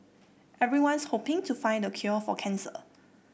everyone's hoping to find the cure for cancer